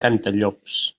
cantallops